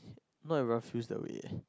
not enough fuse the way